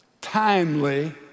timely